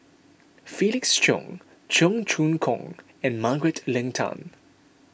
Felix Cheong Cheong Choong Kong and Margaret Leng Tan